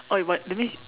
oh you but that means